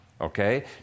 okay